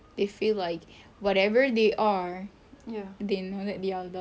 they feel like whatever they are they know that they are loved